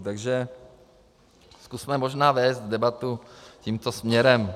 Takže zkusme možná vést debatu tímto směrem.